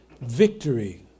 Victory